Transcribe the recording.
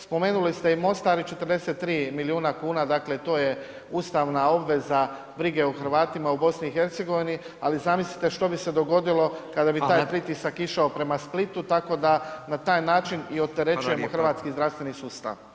Spomenuli ste i Mostar i 43 milijuna kuna, dakle to je ustavna obveza brige o Hrvatima u BiH, ali zamislite što bi se dogodilo kada bi taj pritisak išao prema Splitu tako da na taj način i opterećujemo hrvatski zdravstveni sustav.